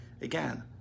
again